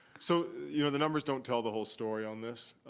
so you know the numbers don't tell the whole story on this.